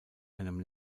einem